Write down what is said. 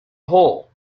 hole